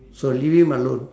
so leave him alone